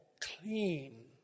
clean